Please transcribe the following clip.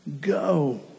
Go